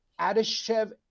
Adeshev